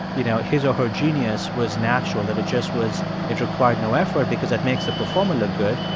you know, his or her genius was natural, that it just was it required no effort because it makes the performer look good.